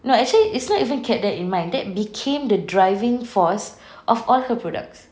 no actually it's not even kept that in mind that became the driving force of all her products